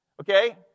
Okay